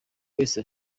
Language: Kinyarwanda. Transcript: wese